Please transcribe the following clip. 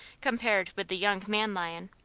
compared with the young man lion.